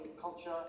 culture